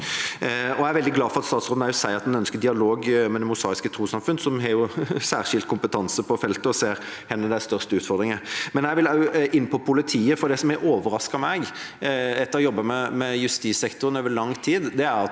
Jeg er veldig glad for at statsråden også sier at han ønsker dialog med Det Mosaiske Trossamfund, som har særskilt kompetanse på feltet og ser hvor det er størst utfordringer. Jeg vil også inn på politiet, for noe som har overrasket meg etter å ha jobbet med justissektoren over lang tid,